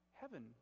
heaven